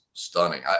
stunning